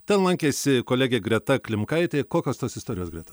ten lankėsi kolegė greta klimkaitė kokios tos istorijos greta